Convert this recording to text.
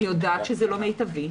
אני יודעת שזה לא מיטבי,